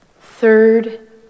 Third